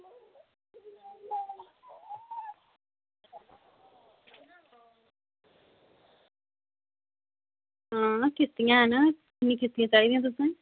किश्तियां हैन तुसें किन्नियां चाहिदियां तुसें